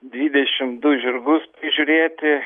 dvidešim du žirgus žiūrėti